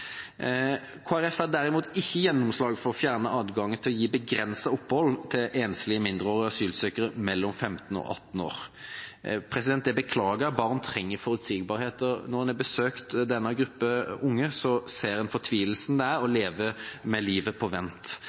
derimot ikke gjennomslag for å fjerne adgangen til å gi begrenset opphold til enslige mindreårige asylsøkere mellom 15 og 18 år. Det beklager jeg, for barn trenger forutsigbarhet. Når man har besøkt denne gruppen med unge, ser en fortvilelsen det er å leve med livet på vent.